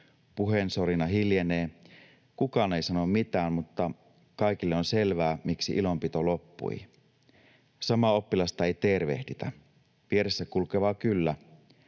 Puheensorina hiljenee, kukaan ei sano mitään, mutta kaikille on selvää, miksi ilonpito loppui. Samaa oppilasta ei tervehditä, vieressä kulkevaa kyllä.